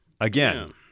again